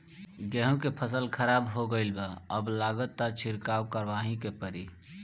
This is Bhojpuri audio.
गेंहू के फसल खराब हो गईल बा अब लागता छिड़काव करावही के पड़ी